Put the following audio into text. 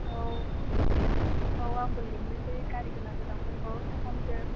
औ औ आंबो लिंनोसै गारिगोनां गोनांफोरखौ साथामसो